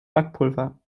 backpulver